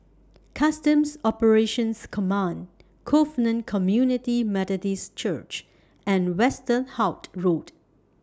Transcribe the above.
Customs Operations Command Covenant Community Methodist Church and Westerhout Road